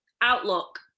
Outlook